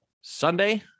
sunday